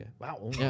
Wow